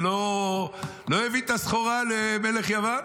ולא הביא את הסחורה למלך יוון,